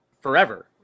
forever